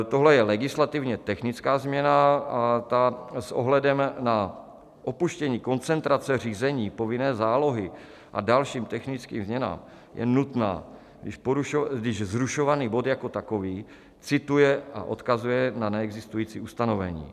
Tohle je legislativně technická změna a ta s ohledem na opuštění koncentrace řízení, povinné zálohy a další technické změny je nutná, když zrušovaný bod jako takový cituje a odkazuje na neexistující ustanovení.